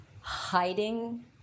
hiding